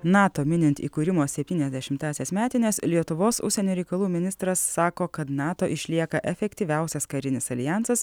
nato minint įkūrimo septyniasdešimtąsias metines lietuvos užsienio reikalų ministras sako kad nato išlieka efektyviausias karinis aljansas